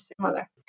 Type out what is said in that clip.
similar